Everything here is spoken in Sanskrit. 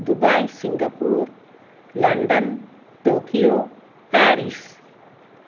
Dubai Singapore London Tokyo Paris